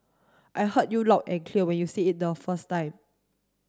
I heard you loud and clear when you say it the first time